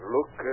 Look